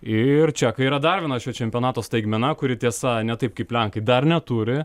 ir čekai yra dar viena šio čempionato staigmena kuri tiesa ne taip kaip lenkai dar neturi